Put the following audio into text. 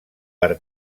per